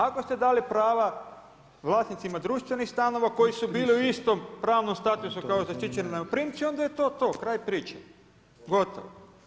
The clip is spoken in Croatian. Ako ste dali prava vlasnicima društvenih stanova koji su bili u istom pravnom statusu kao zaštićeni najmoprimci, onda je to to, kraj priče, gotovo.